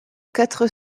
quatre